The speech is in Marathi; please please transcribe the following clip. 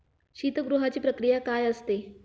शीतगृहाची प्रक्रिया काय असते?